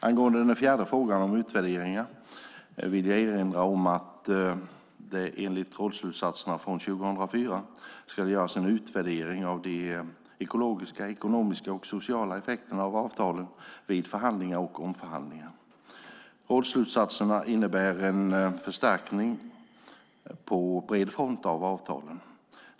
Angående den fjärde frågan om utvärderingar vill jag erinra om att det enligt rådsslutsatserna från 2004 ska göras en utvärdering av de ekologiska, ekonomiska och sociala effekterna av avtalen vid förhandlingar och omförhandlingar. Rådsslutsatserna innebär en förstärkning på bred front av avtalen.